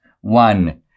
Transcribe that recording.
One